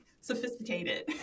sophisticated